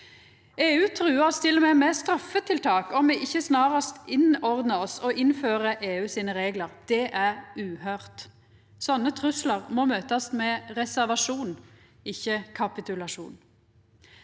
EU truar oss til og med med straffetiltak om me ikkje snarast innordnar oss og innfører EUreglar. Det er uhøyrt. Slike truslar må møtast med reservasjon – ikkje kapitulasjon.